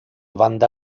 banda